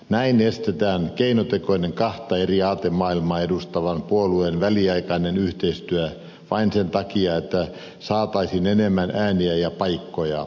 näin estetään keinotekoinen kahta eri aatemaailmaa edustavien puolueiden väliaikainen yhteistyö vain sen takia että saataisiin enemmän ääniä ja paikkoja